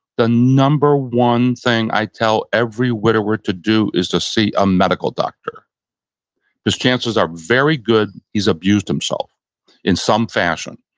the number one thing i tell every widower to do is to see a medical doctor because chances are very good, he's abused himself in some fashion.